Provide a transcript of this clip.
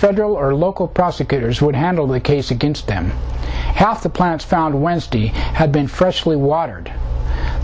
federal or local prosecutors would handle the case against them half the plants found wednesday had been freshly watered